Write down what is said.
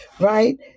right